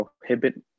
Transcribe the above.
prohibit